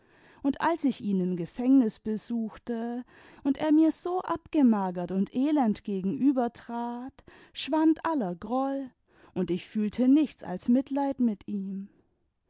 und als ich ihn im gefängnis besuchte und er mir so abgemagert und elend gegenübertrat schwand aller groll und ich fühlte nichts als mitleid mit ihm